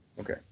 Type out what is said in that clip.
okay